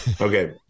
Okay